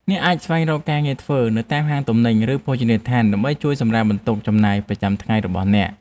អ្នកអាចស្វែងរកការងារធ្វើនៅតាមហាងទំនិញឬភោជនីយដ្ឋានដើម្បីជួយសម្រាលបន្ទុកចំណាយប្រចាំថ្ងៃរបស់អ្នក។